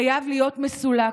חייב להיות מסולק,